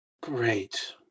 great